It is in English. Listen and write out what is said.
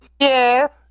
yes